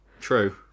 True